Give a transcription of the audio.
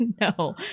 No